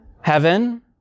Heaven